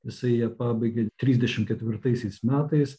jisai ją pabaigė trisdešim ketvirtaisiais metais